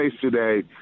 today